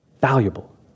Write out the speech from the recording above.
Valuable